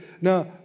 Now